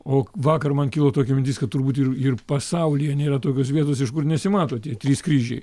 o vakar man kilo tokia mintis kad turbūt ir ir pasaulyje nėra tokios vietos iš kur nesimato tie trys kryžiai